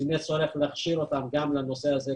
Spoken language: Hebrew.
אם יש צורך להכשיר אותם גם לנושא הזה,